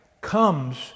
comes